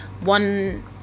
one